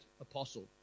apostle